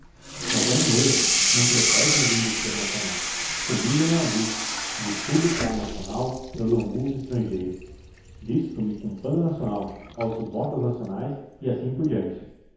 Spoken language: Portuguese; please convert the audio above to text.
mas é um erro não protegem as indústrias nacionais comigo não há disso de tudo que há nacional eu não uso estrangeiro visto me com pano nacional calço botas nacionais e assim por diante